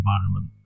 environment